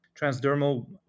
transdermal